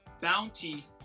bounty